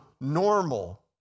normal